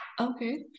okay